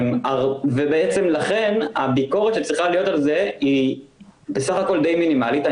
בעצם לכן הביקורת שצריכה להיות על זה היא בסך הכל די מינימלית.